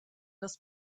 das